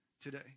today